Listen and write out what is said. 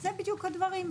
זה בדיוק הדברים,